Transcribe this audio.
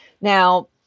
Now